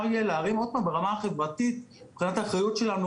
יהיה להרים עוד פעם ברמה החברתית ומבחינת האחריות שלנו